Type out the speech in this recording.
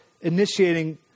initiating